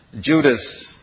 Judas